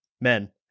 men